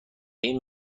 این